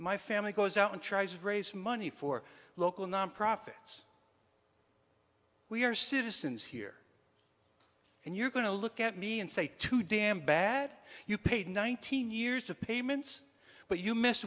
my family goes out and tries raise money for local nonprofits we are citizens here and you're going to look at me and say too damn bad you paid nineteen years of payments but you miss